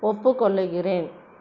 ஒப்புக்கொள்கிறேன்